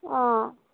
অঁ